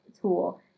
tool